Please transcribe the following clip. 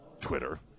Twitter